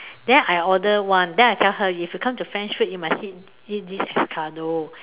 then I order one then I tell her if you come to French food you must eat eat this escargot